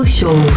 Show